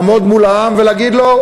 לעמוד מול העם ולהגיד לו: